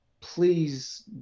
please